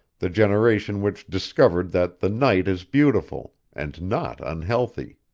the generation which discovered that the night is beautiful, and not unhealthy.